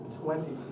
Twenty